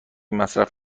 مصرف